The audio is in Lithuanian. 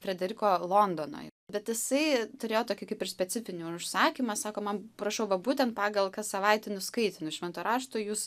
frederiko londono bet jisai turėjo tokį kaip ir specifinį užsakymą sako man prašau va būtent pagal kas savaitinius skaitinius švento rašto jūs